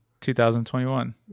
2021